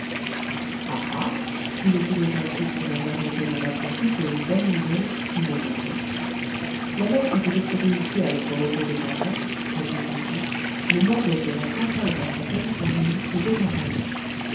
dit le philosophe du ton d'un homme auquel on apprend plutôt une bonne nouvelle qu'une mauvaise la lettre que j'ai trouvée ici à notre retour de canton reprit kin fo me mandait que la centrale banque californienne était en faillite